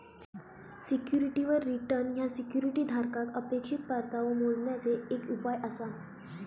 सिक्युरिटीवर रिटर्न ह्या सिक्युरिटी धारकाक अपेक्षित परतावो मोजण्याचे एक उपाय आसा